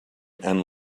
and